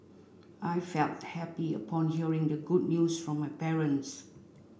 I felt happy upon hearing the good news from my parents